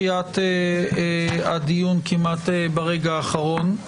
אני מתנצל על דחיית הדיון כמעט ברגע האחרון.